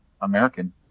American